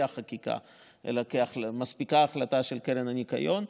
החקיקה ומספיקה החלטה של קרן הניקיון,